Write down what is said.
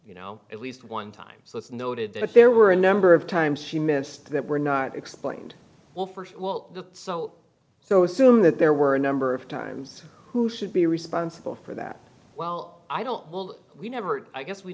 you know at least one time so it's noted that there were a number of times she missed that were not explained well first well so so assume that there were a number of times who should be responsible for that well i don't will we never i guess we